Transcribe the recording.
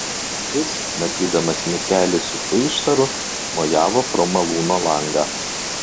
jis matydamas mikelį su peištaru mojavo pro malūno langą